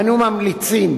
אנו ממליצים